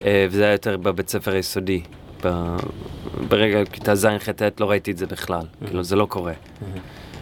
וזה היה יותר בבית הספר היסודי, ברגע כיתה ז', ח', ט, לא ראיתי את זה בכלל, כאילו זה לא קורה.